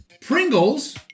Pringles